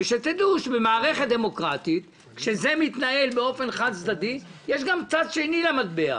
ושתדעו שבמערכת דמוקרטית כשזה מתנהל באופן חד-צדדי יש גם צד שני למטבע.